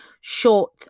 short